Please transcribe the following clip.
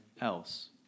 else